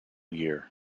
year